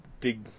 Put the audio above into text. dig